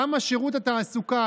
למה שירות התעסוקה,